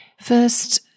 First